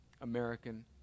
American